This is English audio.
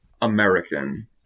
American